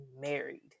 married